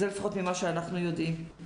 זה לפחות ממה שאנחנו יודעים.